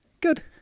Good